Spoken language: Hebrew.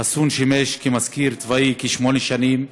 חסון שימש מזכיר צבאי כשמונה שנים,